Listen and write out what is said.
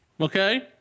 Okay